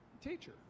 teacher